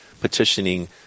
petitioning